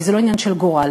כי זה לא עניין של גורל.